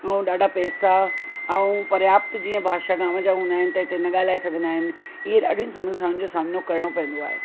ऐं ॾाढा पैसा ऐं पर्याप्त जीअं भाषा गांव जा हूंदा आहिनि त हिते न ॻाल्हाए सघंदा आहिनि ईएं ॾाढी समस्याउनि जो सामनो करिणो पवंदो आहे